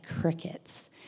crickets